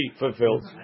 fulfilled